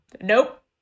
Nope